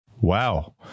Wow